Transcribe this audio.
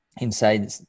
inside